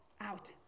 out